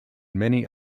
many